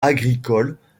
agricoles